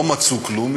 לא מצאו כלום,